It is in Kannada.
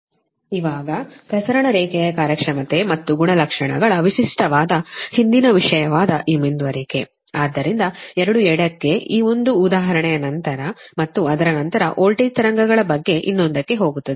ಪ್ರಸರಣ ರೇಖೆಗಳ ಗುಣಲಕ್ಷಣ ಮತ್ತು ಕಾರ್ಯಕ್ಷಮತೆ ಮುಂದುವರೆದ ಭಾಗ ಇವಾಗ ಪ್ರಸರಣ ರೇಖೆಯ ಕಾರ್ಯಕ್ಷಮತೆ ಮತ್ತು ಗುಣಲಕ್ಷಣಗಳ ವಿಶಿಷ್ಟವಾದ ಹಿಂದಿನ ವಿಷಯದ ಈ ಮುಂದುವರಿಕೆ ಆದ್ದರಿಂದ 2 ಎಡಕ್ಕೆ ಈ ಒಂದು ಉದಾಹರಣೆಯ ನಂತರ ಮತ್ತು ಅದರ ನಂತರ ವೋಲ್ಟೇಜ್ ತರಂಗಗಳ ಬಗ್ಗೆ ಇನ್ನೊಂದಕ್ಕೆ ಹೋಗುತ್ತದೆ